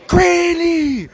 Granny